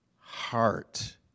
heart